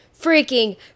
freaking